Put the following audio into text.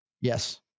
yes